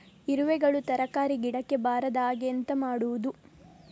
ಇರುವೆಗಳು ತರಕಾರಿ ಗಿಡಕ್ಕೆ ಬರದ ಹಾಗೆ ಎಂತ ಮಾಡುದು?